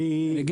איזה 20 דקות.